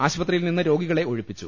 ആശുപത്രിയിൽ നിന്ന് രോഗികളെ ഒഴിപ്പിച്ചു